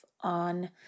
on